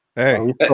Hey